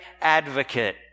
advocate